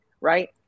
right